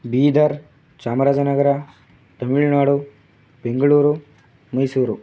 Bidar Chamarajanagar Tamil Nadu Bengaluru Mysuru